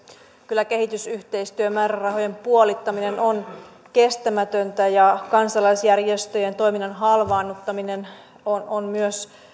kyllä kehitysyhteistyömäärärahojen puolittaminen on kestämätöntä ja kansalaisjärjestöjen toiminnan halvaannuttaminen on on myös